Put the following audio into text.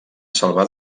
salvar